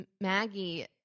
Maggie